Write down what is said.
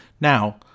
Now